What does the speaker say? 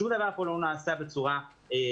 שום דבר לא נעשה פה בצורה שחורגת.